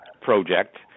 project